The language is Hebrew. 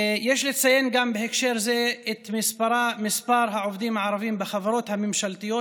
יש לציין בהקשר זה גם את מספר העובדים הערבים בחברות הממשלתיות,